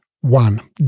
One